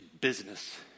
business